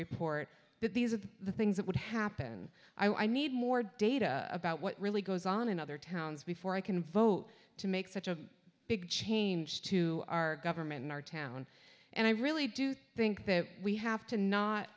report that these are the things that would happen i need more data about what really goes on in other towns before i can vote to make such a big change to our government in our town and i really do think that we have to not